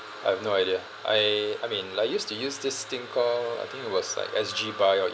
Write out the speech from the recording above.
I have no idea I I mean like I used to use this thing call I think it was like S_G buy or